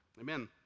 Amen